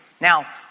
Now